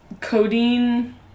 codeine